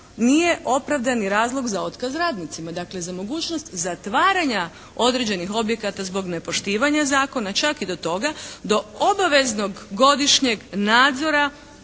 nije opravdani razlog za otkaz radnicima.". dakle za mogućnost zatvaranja određenih objekata zbog nepoštivanja zakona, čak i do toga do obaveznog godišnjeg nadzora,